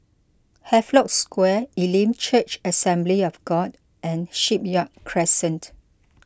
Havelock Square Elim Church Assembly of God and Shipyard Crescent